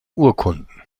urkunden